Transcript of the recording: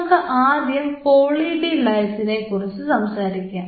നമുക്ക് ആദ്യം poly D ലൈസിനെ കുറിച്ച് സംസാരിക്കാം